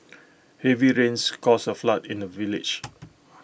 heavy rains caused A flood in the village